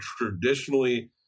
traditionally